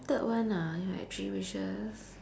third one ah if I had three wishes